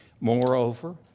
Moreover